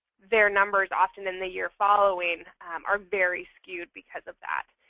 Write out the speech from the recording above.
their numbers often in the year following are very skewed because of that.